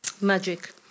Magic